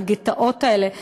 הגטאות האלה בחינוך,